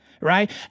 right